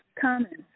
comments